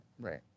Right